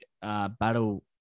battle